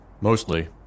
Mostly